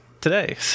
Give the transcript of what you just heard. today